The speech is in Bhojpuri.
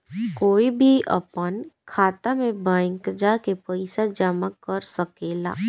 कोई भी आपन खाता मे बैंक जा के पइसा जामा कर सकेला